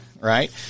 Right